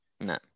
No